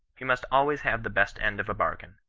he must always have the best end of a bargain.